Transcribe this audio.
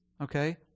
Okay